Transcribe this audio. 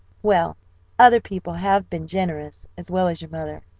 well other people have been generous, as well as your mother.